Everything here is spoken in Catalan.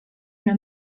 una